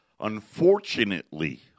Unfortunately